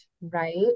right